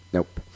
Nope